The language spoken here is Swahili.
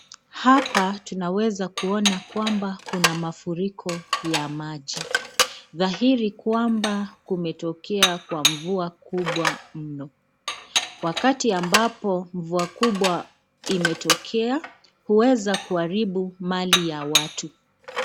Hapa tunaweza kuona kwamba kuna mafuriko ya maji. Dhahiri kwamba kumetokea kwa mvua kubwa mno. Wakati ambapo mvua kubwa imetokea huweza kuharibu mali ya watu.